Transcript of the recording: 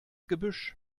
gebüsch